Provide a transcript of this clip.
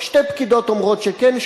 שתי פקידות אומרות שכן,